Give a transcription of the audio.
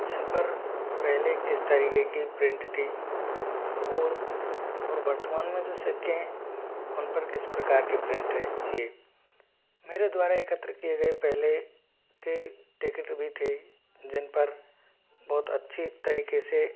जिन पर पहले किस तरीके की प्रिंट थी वह और वर्तमान में जो सिक्के हैं उन पर किस प्रकार के प्रिंट है यह मेरे द्वारा एकत्र किए गए पहले के टिकट भी थे जिन पर बहुत अच्छी तरीके से